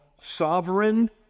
sovereign